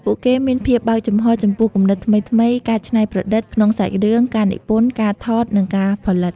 ពួកគេមានភាពបើកចំហរចំពោះគំនិតថ្មីៗ ការច្នៃប្រឌិត ក្នុងសាច់រឿង ការនិពន្ធ ការថត និងការផលិត។